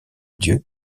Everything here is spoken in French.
dieu